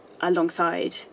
alongside